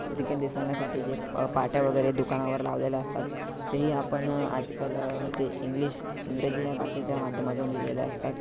देखील दिसण्यासाठी जे पाट्या वगैरे दुकानावर लावलेल्या असतात तेही आपण आजकाल ते इंग्लिश इंग्रजी या भाषेच्या माध्यमातून लिहिलेल्या असतात